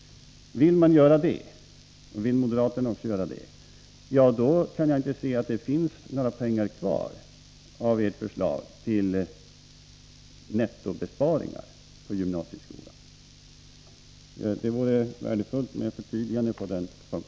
Vill man göra det — och vill moderaterna också göra det — kan jag inte se att det finns några pengar kvar enligt ert förslag till nettobesparingar för gymnasieskolan. Det vore värdefullt med ett förtydligande på den punkten.